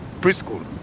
preschool